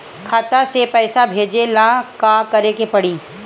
खाता से पैसा भेजे ला का करे के पड़ी?